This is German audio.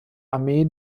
armee